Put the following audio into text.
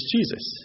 Jesus